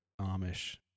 Amish